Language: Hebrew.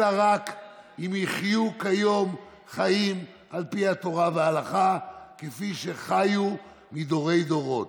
אלא רק אם יחיו כיום חיים על פי התורה וההלכה כפי שחיו מדורי-דורות,